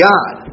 God